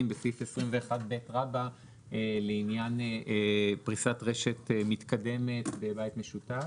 בסעיף 21ב רבא לעניין פריסת רשת מתקדמת בבית משותף.